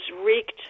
wreaked